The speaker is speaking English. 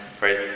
right